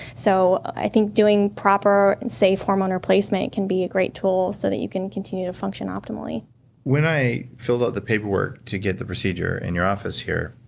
so i think doing proper, and safe hormone replacement can be a great tool, so that you can continue to function optimally when i filled out the paperwork to get the procedure in your office here,